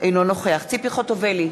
אינו נוכח ציפי חוטובלי,